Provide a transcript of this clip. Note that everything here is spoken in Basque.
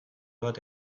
bat